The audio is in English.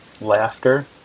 laughter